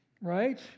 right